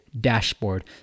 dashboard